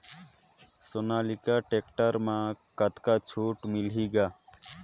Sonalika tractor म कतका छूट मिलही ग?